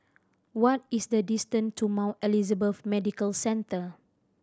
what is the distance to Mount Elizabeth Medical Centre